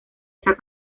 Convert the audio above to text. esa